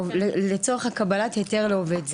לצורך קבל היתר לעובד זר.